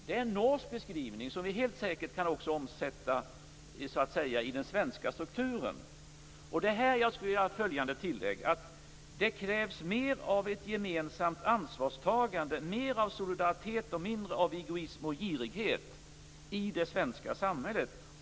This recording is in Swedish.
Detta är en norsk beskrivning, som vi helt säkert också kan omsätta i den svenska strukturen. Det är här jag skulle vilja göra följande tillägg. Det krävs mer av ett gemensamt ansvarstagande, mer av solidaritet och mindre av egoism och girighet i det svenska samhället.